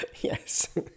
Yes